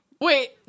Wait